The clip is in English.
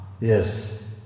yes